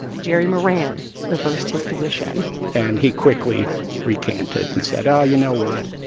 jerry moran reversed his position and he quickly recanted and said, oh, you know what?